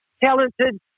talented